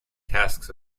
tasks